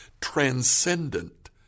transcendent